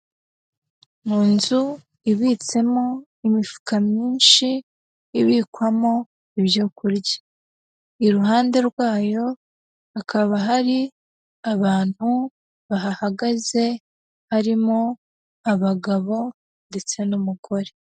Mu nzu ibitsemo imifuka myinshi ibikwamo ibyo kurya, iruhande rwayo hakaba hari abantu bahagaze harimo abagabo ndetse n'umugore.